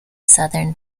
southern